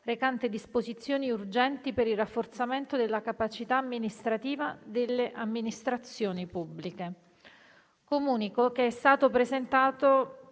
recante disposizioni urgenti per il rafforzamento della capacità amministrativa delle amministrazioni pubbliche» (747). **Disegni